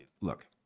look